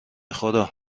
خدا